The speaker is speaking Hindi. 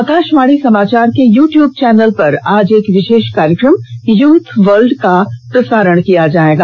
आकाशवाणी समाचार के यू ट्यूब चैनल पर आज एक विशेष कार्यक्रम यूथ वर्ल्ड का प्रसारण किया जाएगा